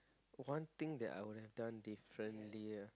one thing that I will have done differently ah